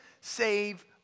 save